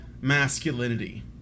masculinity